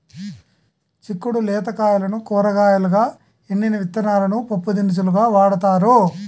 చిక్కుడు లేత కాయలను కూరగాయలుగా, ఎండిన విత్తనాలను పప్పుదినుసులుగా వాడతారు